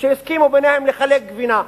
שהסכימו ביניהם לחלק גבינה.